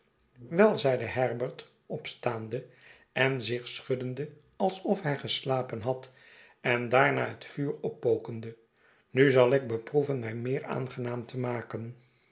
wei zeide herbert opstaande en zich schuddende alsof hij geslapen had en daarna het vuur oppokende nu zal ik beproeven mij meer aangenaam te maken